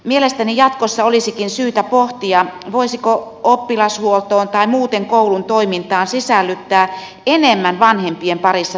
mielestäni jatkossa olisikin syytä pohtia voisiko oppilashuoltoon tai muuten koulun toimintaan sisällyttää enemmän vanhempien parissa tehtävää työtä